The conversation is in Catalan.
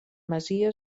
masia